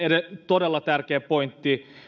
todella tärkeä pointti